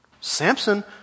Samson